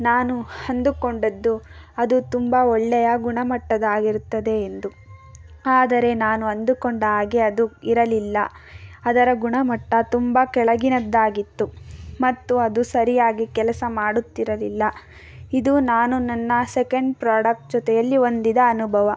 ನಾನು ಅಂದುಕೊಂಡದ್ದು ಅದು ತುಂಬ ಒಳ್ಳೆಯ ಗುಣಮಟ್ಟದಾಗಿರುತ್ತದೆ ಎಂದು ಆದರೆ ನಾನು ಅಂದುಕೊಂಡ ಹಾಗೆ ಅದು ಇರಲಿಲ್ಲ ಅದರ ಗುಣಮಟ್ಟ ತುಂಬ ಕೆಳಗಿನದ್ದಾಗಿತ್ತು ಮತ್ತು ಅದು ಸರಿಯಾಗಿ ಕೆಲಸ ಮಾಡುತ್ತಿರಲ್ಲಿಲ್ಲ ಇದು ನಾನು ನನ್ನ ಸೆಕೆಂಡ್ ಪ್ರೊಡಕ್ಟ್ ಜೊತೆಯಲ್ಲಿ ಹೊಂದಿದ ಅನುಭವ